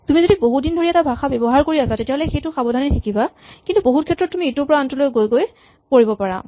তুমি যদি বহুদিন ধৰি এটা ভাষা ব্যৱহাৰ কৰি আছা তেতিয়াহ'লে সেইটো সাৱধানে শিকিবা কিন্তু বহুত ক্ষেত্ৰত তুমি ইটোৰ পৰা আনটোলৈ গৈ গৈ কৰিব পাৰা